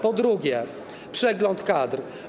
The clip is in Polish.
Po drugie, przegląd kadr.